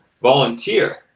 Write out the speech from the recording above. volunteer